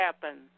happen